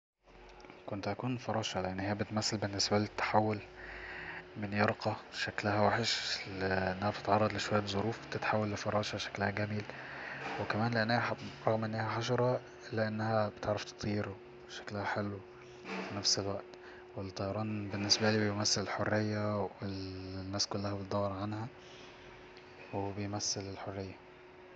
كنت هكون فراشة لأن هي بتمثل بالنسبالي التحول من يرقة شكلها وحش لي أن هي تتعرض ل شوية ظروف تتحول لفراشة شكلها جميل وكمان لانه هي رغم أن هي حشرة إلا أنها بتعرف تطير وشكلها حلو في نفس الوقت والطيران بالنسبالي بيمثل الحرية اللي الناس كلها بتدور عنها وبيمثل الحرية